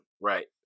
Right